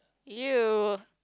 !eww!